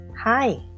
Hi